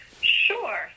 Sure